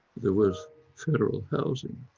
there was federal housing,